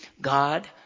God